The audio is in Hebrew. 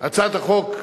הצעת החוק,